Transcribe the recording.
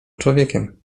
człowiekiem